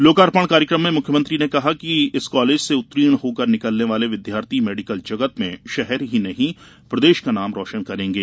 लोकार्पण कार्यक्रम में मुख्यमंत्री ने कहा कि इस कॉलेज से उत्तीर्ण होकर निकलने वाले विद्यार्थी मेडिकल जगत में शहर ही नहीं प्रदेश का नाम रोशन करेंगे